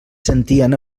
sentien